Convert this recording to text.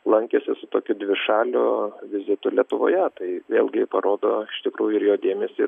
lankėsi su tokiu dvišaliu vizitu lietuvoje tai vėlgi parodo iš tikrųjų ir jo dėmesį